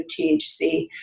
THC